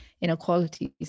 inequalities